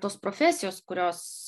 tos profesijos kurios